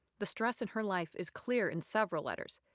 the stress in her life is clear in several letters,